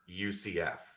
UCF